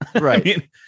right